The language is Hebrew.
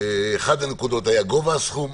אחת הנקודות הייתה גובה הסכום.